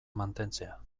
mantentzea